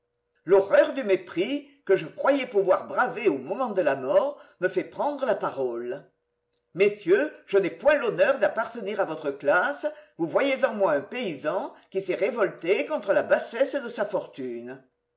l'horreur du mépris que je croyais pouvoir braver au moment de la mort me fait prendre la parole messieurs je n'ai point l'honneur d'appartenir à votre classe vous voyez en moi un paysan qui s'est révolté contré la bassesse de sa fortune